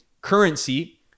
currency